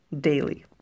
daily